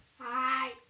Hi